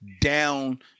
down